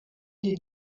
den